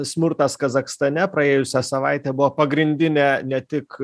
smurtas kazachstane praėjusią savaitę buvo pagrindinė ne tik